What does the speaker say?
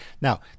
Now